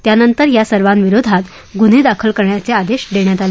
त्यानंतर या सर्वाविरोधात गुन्हे दाखल करण्याचे आदेश देण्यात आले